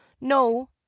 no